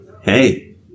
Hey